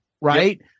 right